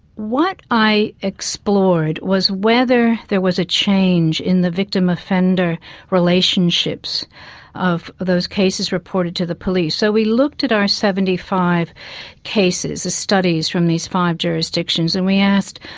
what i explored was whether there was a change in the victim-offender relationships of those cases reported to the police. so we looked at our seventy five cases, the studies from these five jurisdictions, and we asked,